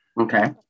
okay